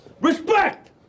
Respect